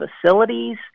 facilities